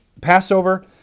Passover